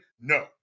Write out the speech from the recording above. No